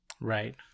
Right